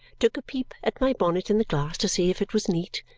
took a peep at my bonnet in the glass to see if it was neat,